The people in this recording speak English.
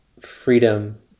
freedom